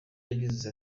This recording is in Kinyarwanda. yagize